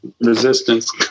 resistance